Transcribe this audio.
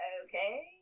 okay